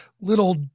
little